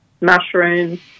mushrooms